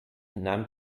nahm